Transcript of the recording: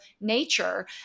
nature